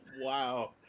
Wow